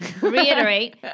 reiterate